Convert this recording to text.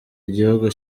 igihugu